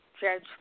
Judge